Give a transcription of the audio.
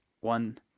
One